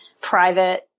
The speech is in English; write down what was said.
private